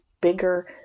bigger